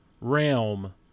realm